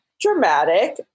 dramatic